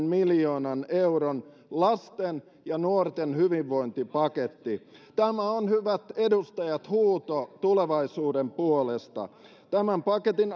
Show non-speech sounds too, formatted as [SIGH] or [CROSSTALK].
[UNINTELLIGIBLE] miljoonan euron lasten ja nuorten hyvinvointipaketti tämä on hyvät edustajat huuto tulevaisuuden puolesta tämän paketin [UNINTELLIGIBLE]